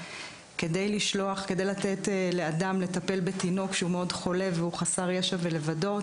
כדי לתת לאדם לטפל בתינוק שהוא מאוד חולה והוא חסר ישע ולבדו,